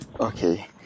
Okay